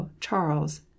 Charles